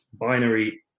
binary